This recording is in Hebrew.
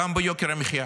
גם ביוקר המחיה